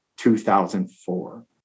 2004